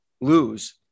lose